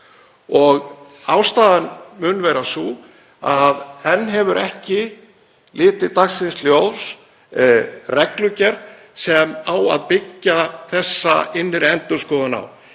um. Ástæðan mun vera sú að enn hefur ekki litið dagsins ljós reglugerð sem byggir á þessari innri endurskoðun á.